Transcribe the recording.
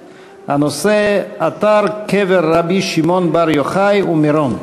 והנושא: אתר קבר רבי שמעון בר יוחאי ומירון.